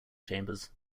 chambers